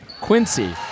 Quincy